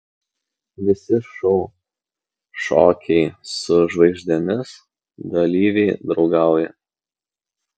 visi šou šokiai su žvaigždėmis dalyviai draugauja